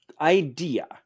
idea